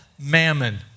mammon